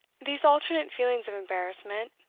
these alternate feelings of embarrassment,